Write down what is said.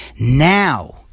Now